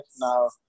now